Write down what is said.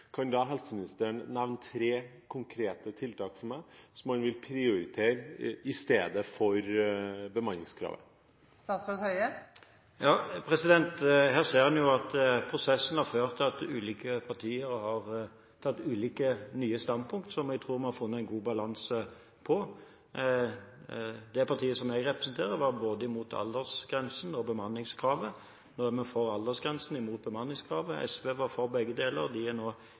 helseministeren nevne tre konkrete tiltak for meg, som han vil prioritere i stedet for bemanningskravet? Her ser man at prosessen har ført til at ulike partier har tatt ulike nye standpunkt, og jeg tror vi har funnet en god balanse her. Det partiet som jeg representerer, var imot både aldersgrensen og bemanningskravet. Når er vi for aldersgrensen, men mot bemanningskravet. SV var for begge deler, men de er nå